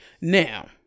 Now